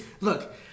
look